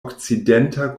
okcidenta